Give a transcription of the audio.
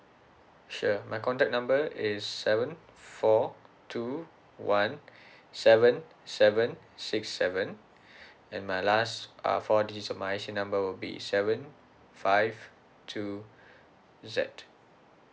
sure my contact number is seven four two one seven seven six seven and my last uh four digit of my I_C number would be seven five two Z